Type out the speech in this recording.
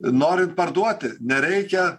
norint parduoti nereikia